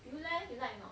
then leh you like or not